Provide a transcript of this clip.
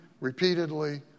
repeatedly